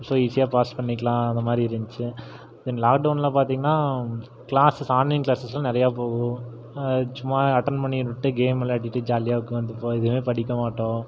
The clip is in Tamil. ஸோ ஈஸியாக பாஸ் பண்ணிக்கலாம் அத மாரி இருந்துச்சு தென் லாக்டவுனில் பார்த்தீங்கன்னா கிளாஸஸ் ஆன்லைன் கிளாஸஸ்லாம் நிறையா போகும் சும்மா அட்டன்ட் பண்ணிவிட்டுட்டு கேம் விளையாடிகிட்டு ஜாலியாக உட்காந்துப்போம் எதுவுமே படிக்க மாட்டோம்